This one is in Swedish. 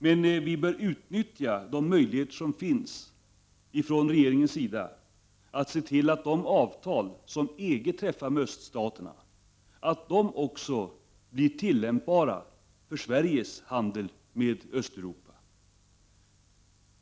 Men vi bör utnyttja de möjligheter som regeringen har att se till att de avtal som EG träffar med öststaterna blir tillämpbara även i frågan om Sveriges handel med Östeuropa.